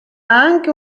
anche